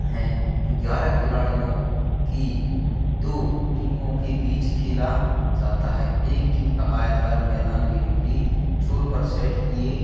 है जो ग्यारह खिलाड़ियों की दो टीमों के बीच खेला जाता है एक टीम का आयाताकार मैदान के विपरीत छोर पर सेट किए